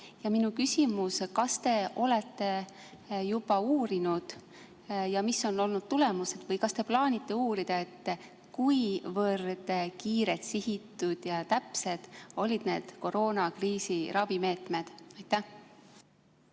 Minu küsimus: kas te olete juba uurinud ja mis on olnud tulemused või kas te plaanite uurida, kuivõrd kiired, sihitud ja täpsed olid need koroonakriisi ravimeetmed? Suur